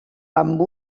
amb